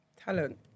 Talent